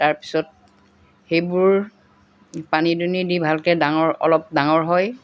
তাৰপিছত সেইবোৰ পানী দুনি দি ভালকৈ ডাঙৰ অলপ ডাঙৰ হয়